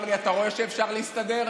אמר לי: אתה רואה שאפשר להסתדר?